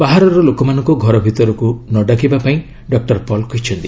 ବାହାରର ଲୋକମାନଙ୍କୁ ଘର ଭିତରକୁ ନ ଡାକିବା ପାଇଁ ଡକ୍ଟର ପଲ୍ କହିଛନ୍ତି